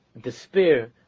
despair